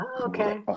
okay